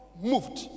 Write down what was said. moved